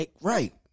Right